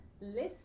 list